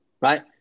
right